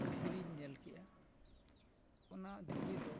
ᱫᱷᱤᱨᱤᱧ ᱧᱮᱞ ᱠᱮᱜᱼᱟ ᱚᱱᱟ ᱫᱷᱤᱨᱤ ᱫᱚ